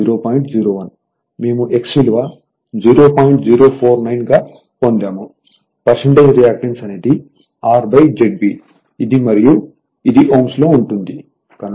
049 గా పొందాము రియాక్టన్స్ అనేది RZB ఇది మరియు ఇది Ω లో ఉంటుంది కనుక 0